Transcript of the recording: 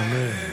אמן.